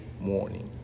morning